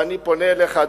ואני פונה אליך,